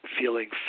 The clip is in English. feeling